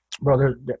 Brother